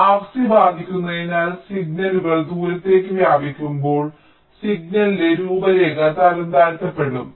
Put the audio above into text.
RC ബാധിക്കുന്നതിനാൽ സിഗ്നലുകൾ ദൂരത്തേക്ക് വ്യാപിക്കുമ്പോൾ സിഗ്നലിന്റെ രൂപരേഖ തരംതാഴ്ത്തപ്പെടും